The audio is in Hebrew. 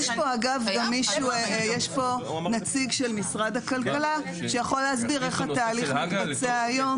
יש פה נציג של משרד הכלכלה שיכול להסביר איך התהליך מתבצע היום,